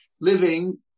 living